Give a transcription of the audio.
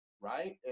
right